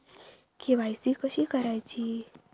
KYC कशी करायची?